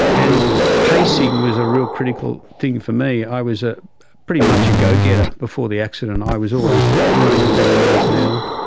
and pacing was a real critical thing for me. i was ah pretty much a go-getter before the accident. i was always running at a million miles an hour,